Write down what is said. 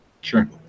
Sure